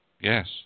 Yes